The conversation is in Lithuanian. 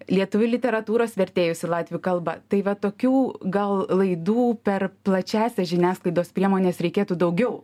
lietuvių literatūros vertėjus į latvių kalbą tai va tokių gal laidų per plačiąsias žiniasklaidos priemones reikėtų daugiau